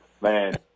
Man